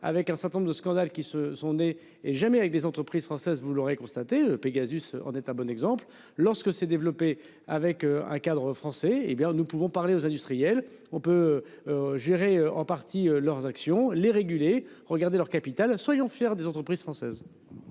avec un certain nombre de scandales qui se sont nés et jamais avec des entreprises françaises. Vous l'aurez constaté, Pegasus. On est un bon exemple lorsque s'est développée avec un cadre français, hé bien nous pouvons parler aux industriels, on peut. Gérer en partie leurs actions les réguler regarder leur capital soyons fiers des entreprises françaises.